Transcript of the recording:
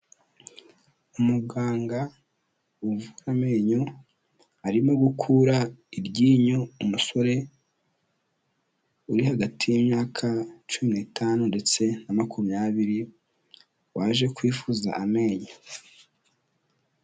Umuganga uvura amenyo arimo gukura iryinyo umusore, uri hagati y'imyaka cumi n'itanu ndetse na makumyabiri waje kwifuza amenyo.